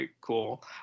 cool